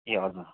ए हजुर